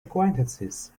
acquaintances